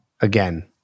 Again